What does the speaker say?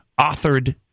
authored